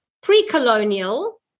pre-colonial